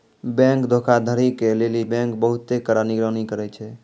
bank धोखाधड़ी के लेली बैंक बहुते कड़ा निगरानी करै छै